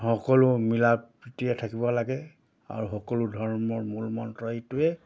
সকলো মিলা প্ৰীতিৰে থাকিব লাগে আৰু সকলো ধৰ্মৰ মূলমন্ত্ৰ এইটোৱে